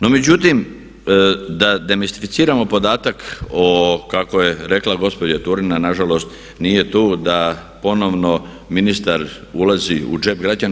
No, međutim da demistificiramo podatak o kako je rekla gospođa Turina, nažalost nije tu, da ponovno ministar ulazi u džep građana.